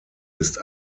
ist